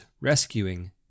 rescuing